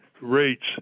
rates